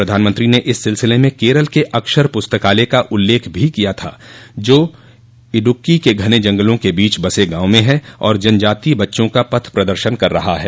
प्रधानमंत्री ने इस सिलसिले में केरल के अक्षर प्रस्तकालय का उल्लेख भी किया था जो इड़ुक्की के घने जंगलों के बीच बसे गांव में है और जनजातीय बच्चों का पथ प्रदर्शन कर रहा है